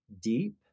deep